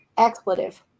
Expletive